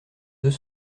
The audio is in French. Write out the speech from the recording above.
deux